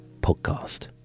podcast